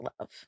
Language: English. love